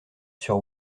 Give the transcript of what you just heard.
sur